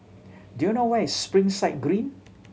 do you know where is Springside Green